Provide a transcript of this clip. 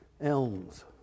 Elms